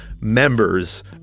members